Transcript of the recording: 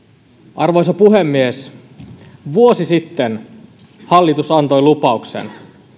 arvoisa puhemies vuosi sitten hallitus antoi lupauksen